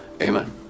Amen